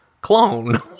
clone